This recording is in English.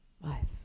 life